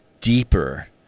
deeper